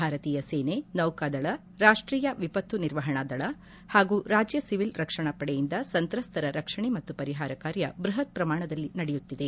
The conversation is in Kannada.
ಭಾರತೀಯ ಸೇನೆ ನೌಕದಳ ರಾಷ್ಷೀಯ ವಿಪತ್ತು ನಿರ್ವಹಣಾದಳ ಹಾಗೂ ರಾಜ್ಯ ಸಿವಿಲ್ ರಕ್ಷಣಾ ಪಡೆಯಿಂದ ಸಂತ್ರಸ್ತರ ರಕ್ಷಣೆ ಮತ್ತು ಪರಿಹಾರ ಕಾರ್ಯ ಬೃಹತ್ ಪ್ರಮಾಣದಲ್ಲಿ ನಡೆಯುತ್ತಿದೆ